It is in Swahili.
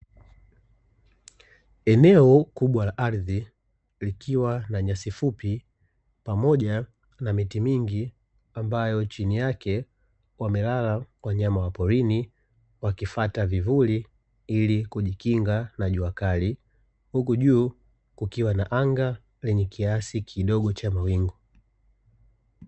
Eneo kubwa la ardhi likiwa na nyasi fupi pamoja na miti mingi ambayo chini yake wamelala wanyama wa porini wakifuata vivuli ili kujikinga na jua kali, huku juu kukiwa na anga lenye kiasi kidogo cha mawingu.